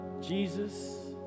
Jesus